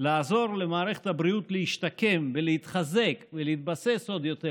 לעזור למערכת הבריאות להשתקם ולהתחזק ולהתבסס עוד יותר,